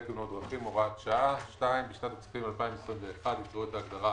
תאונות דרכים הוראת שעה 2.בשנת הכספים 2021 יקראו את ההגדרה